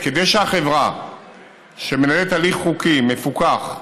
כדי שהחברה שמנהלת הליך חוקי מפוקח,